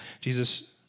Jesus